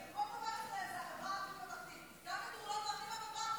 זו סיסמה לעוסה ולא קשורה.